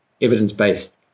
evidence-based